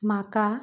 म्हाका